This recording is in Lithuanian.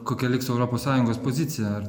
kokia liks europos sąjungos pozicija ar